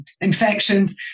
infections